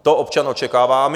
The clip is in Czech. To občan očekává.